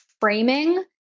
framing